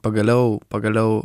pagaliau pagaliau